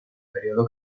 período